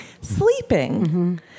sleeping